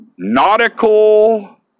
Nautical